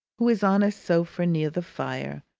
who is on a sofa near the fire,